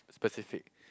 specific